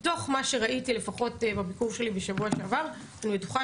מתוך מה שראיתי לפחות בביקור שלי בשבוע שעבר אני בטוחה